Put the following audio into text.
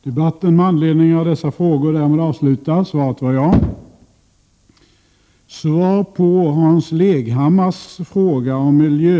I valrörelsen har SNF utfrågat partierna i olika miljöfrågor. I frågan om miljölagstiftningen svarade alla partier inkl. regeringspartiet att lagen skall stå i relation till vad naturen verkligen tål.